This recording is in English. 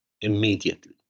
Immediately